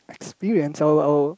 experience our our